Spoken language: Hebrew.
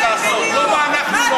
השר, רק תגיד לנו מה אתם עושים, באמת.